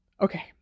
okay